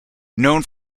known